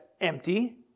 empty